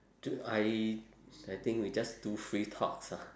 do I I think we just do free talks ah